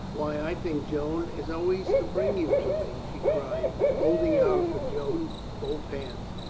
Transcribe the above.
why, i think joan is always to bring you to me! she cried, holding out for joan both hands.